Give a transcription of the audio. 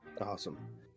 Awesome